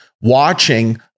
watching